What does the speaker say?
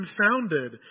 confounded